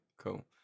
cool